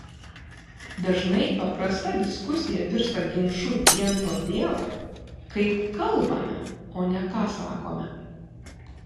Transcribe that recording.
dažnai paprasta diskusija virsta ginču vien todėl kaip kalbame o ne ką sakome